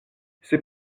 c’est